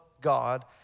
God